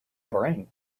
brain